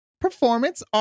Performance